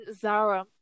Zara